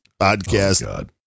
podcast